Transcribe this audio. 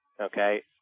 okay